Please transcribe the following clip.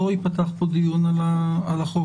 לא ייפתח פה דיון על החוק,